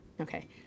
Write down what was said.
Okay